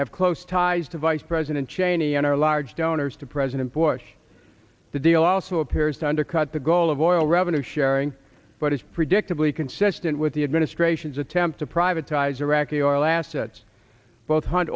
have close ties to vice president cheney and are large donors to president bush the deal also appears to undercut the goal of oil revenue sharing but is predictably consistent with the administration's attempt to privatizing iraqi oil assets both hunt